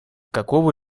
какого